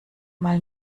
mal